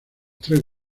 tres